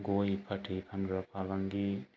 गय फाथै फानग्रा फालांगि